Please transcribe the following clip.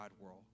world